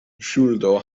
ŝuldo